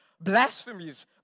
blasphemies